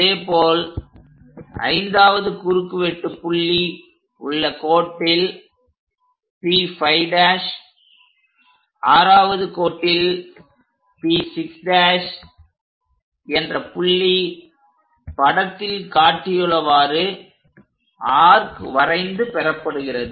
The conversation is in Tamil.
அதேபோல் 5வது குறுக்குவெட்டு புள்ளி உள்ள கோட்டில் P5' 6வது கோட்டில் P6' என்ற புள்ளி படத்தில் காட்டியுள்ளவாறு ஆர்க் வரைந்து பெறப்படுகிறது